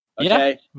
Okay